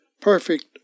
perfect